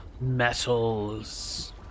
Metals